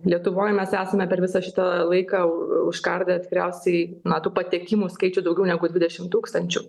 lietuvoj mes esame per visą šitą laiką užkardę tikriausiai na tų patekimų skaičių daugiau negu dvidešimt tūkstančių